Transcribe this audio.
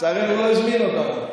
לצערנו הוא לא הזמין אותנו.